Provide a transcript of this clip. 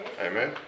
Amen